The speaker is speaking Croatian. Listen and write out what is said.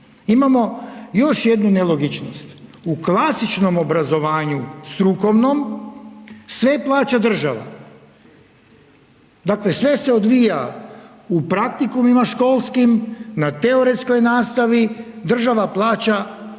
Imamo još jednu nelogičnost u klasičnom strukovnom obrazovanju sve plaća država, dakle sve se odvija u praktikumima školskim, na teoretskoj nastavi država plaća